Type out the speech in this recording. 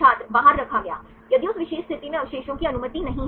छात्र बाहर रखा गया यदि उस विशेष स्थिति में अवशेषों की अनुमति नहीं है